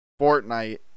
Fortnite